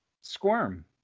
Squirm